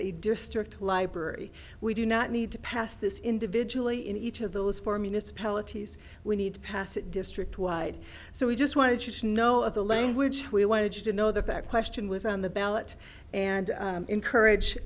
a district library we do not need to pass this individually in each of those four municipalities we need to pass it district wide so we just want to know the language we wanted to know that that question was on the ballot and encourage